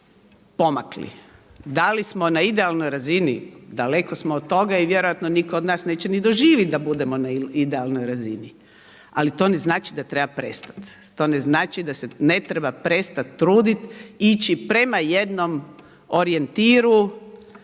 prošli pomakli. Da li smo na idealnoj razini? Daleko smo od toga i vjerojatno nitko od nas neće ni doživjeti da budemo na idealnoj razini ali to ne znači da treba prestati. To ne znači da se ne treba prestati truditi, ići prema jednom orijentiru